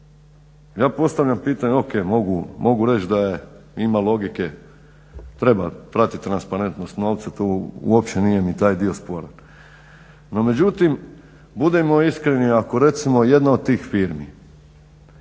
Ja postavljam pitanje, ok mogu reći da ima logike, treba pratiti transparentnost novca to uopće nije mi taj dio sporan. No međutim, budimo iskreni ako recimo jedna od tih firmi